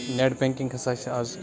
net banking ہسا چھِ اَز